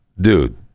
dude